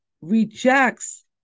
rejects